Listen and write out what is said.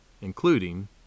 including